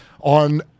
on